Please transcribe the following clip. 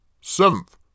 Seventh